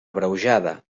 abreujada